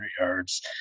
yards